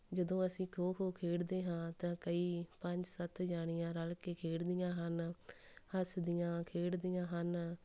ਜਦੋਂ ਅਸੀਂ ਖੋ ਖੋ ਖੇਡਦੇ ਹਾਂ ਤਾਂ ਕਈ ਪੰਜ ਸੱਤ ਜਣੀਆਂ ਰਲ ਕੇ ਖੇਡਦੀਆਂ ਹਨ ਹੱਸਦੀਆਂ ਖੇਡਦੀਆਂ ਹਨ